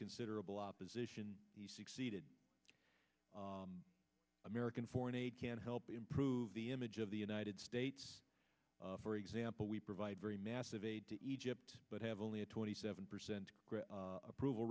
considerable opposition he succeeded american foreign aid can help improve the image of the united states for example we provide very massive aid to egypt but have only a twenty seven percent approval